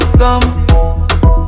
come